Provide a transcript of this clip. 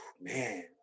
Man